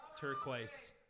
turquoise